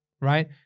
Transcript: right